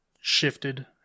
shifted